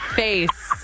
face